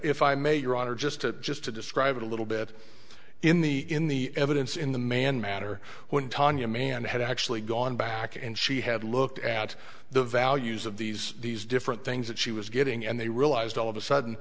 if i may your honor just to just to describe it a little bit in the in the evidence in the man matter when tanya man had actually gone back and she had looked at the values of these these different things that she was getting and they realized all of a sudden